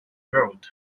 road